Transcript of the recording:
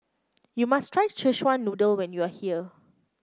you must try Szechuan Noodle when you are here